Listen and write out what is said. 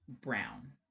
brown